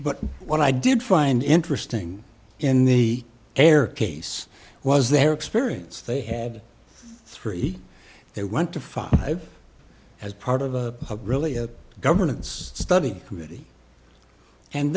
but what i did find interesting in the air case was their experience they had three they went to five as part of a really a governance study committee and